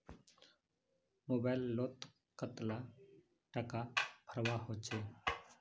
Mobile लोत कतला टाका भरवा होचे?